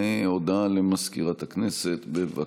הודעה למזכירת הכנסת, בבקשה.